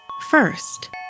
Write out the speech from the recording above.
First